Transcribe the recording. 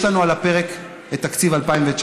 יש לנו על הפרק את תקציב 2019,